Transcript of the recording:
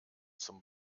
zum